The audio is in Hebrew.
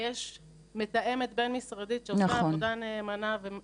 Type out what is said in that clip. יש מתאמת בין-משרדית שעושה עבודה נאמנה.